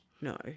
No